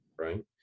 right